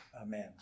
Amen